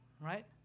Right